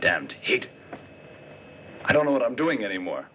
damn it i don't know what i'm doing anymore